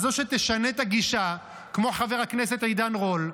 אז או שתשנה את הגישה כמו חבר הכנסת עידן רול,